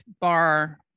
bar